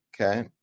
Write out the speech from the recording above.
Okay